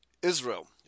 Israel